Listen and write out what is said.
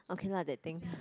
okay lah that thing